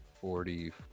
forty